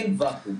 אין וואקום.